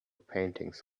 paintings